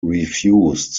refused